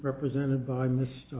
represented by mr